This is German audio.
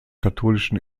katholischen